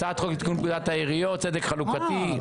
הצעת חוק לתיקון פקודת העיריות (צדק חלוקתי ---).